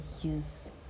use